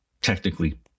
technically